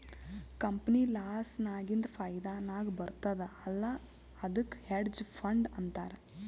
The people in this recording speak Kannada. ಕಂಪನಿ ಲಾಸ್ ನಾಗಿಂದ್ ಫೈದಾ ನಾಗ್ ಬರ್ತುದ್ ಅಲ್ಲಾ ಅದ್ದುಕ್ ಹೆಡ್ಜ್ ಫಂಡ್ ಅಂತಾರ್